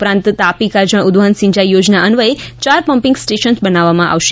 ઉપરાંત તાપી કરજણ ઉદવહન સિંચાઇ યોજના અન્વયે ચાર પમ્પિંગ સ્ટેશન્સ બનાવામાં આવશે